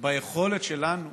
וביכולת שלנו